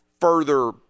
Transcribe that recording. further